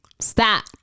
stop